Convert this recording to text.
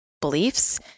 beliefs